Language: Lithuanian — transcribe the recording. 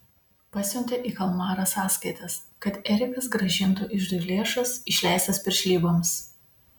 pasiuntė į kalmarą sąskaitas kad erikas grąžintų iždui lėšas išleistas piršlyboms